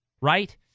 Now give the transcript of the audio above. Right